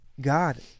god